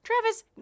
Travis